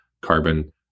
carbon